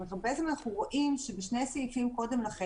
אנחנו רואים שבשני הסעיפים לפני כן,